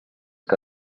que